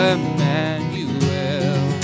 Emmanuel